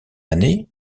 année